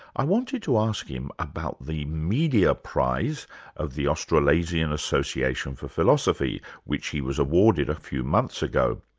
i wanted to ask him about the media prize of the australasian association for philosophy, which he was awarded a few months ago.